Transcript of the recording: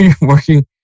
working